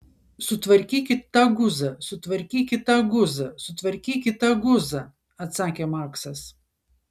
sutvarkykit tą guzą sutvarkykit tą guzą sutvarkykit tą guzą atsakė maksas